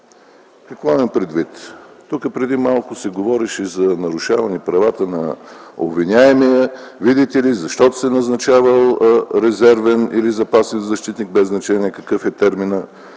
Какво имам предвид? Тук преди малко се говореше за нарушаване правата на обвиняемия, видите ли, защото се назначавал резервен или запасен защитник, без значение какъв е терминът.